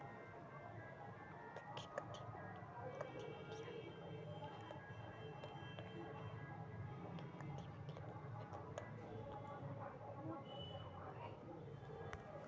banking गतिविधियन अब ज्यादातर ऑनलाइन होबा हई